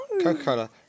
Coca-Cola